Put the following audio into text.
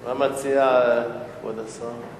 מה מציע כבוד השר?